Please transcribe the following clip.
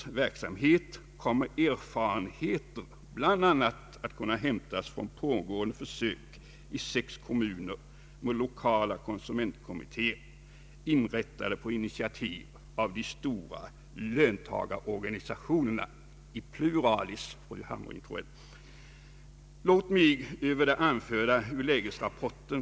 Blandekonomin bygger på fri konkurrens som pådrivande och skyddande faktor.